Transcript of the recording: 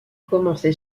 commencé